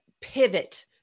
pivot